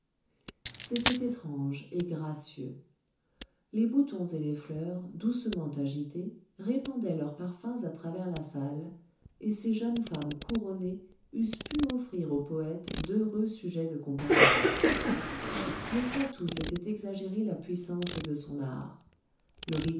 c'était étrange et gracieux les boutons et les fleurs doucement agités répandaient leurs parfums à travers la salle et ces jeunes femmes couronnées eussent pu offrir aux poëtes d'heureux sujets de comparaison mais satou s'était exagéré la puissance de son art